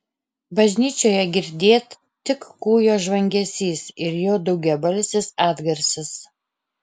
bažnyčioje girdėt tik kūjo žvangesys ir jo daugiabalsis atgarsis